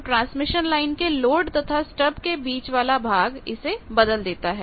तो transmission line के load तथा स्टब के बीच वाला भाग इसे बदल देता है